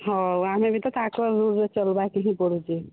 ହଉ ଆମେ ବି ତ ଚଲବାକେ ହିଁ ପଡ଼ୁଛେ